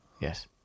Yes